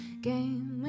game